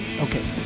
Okay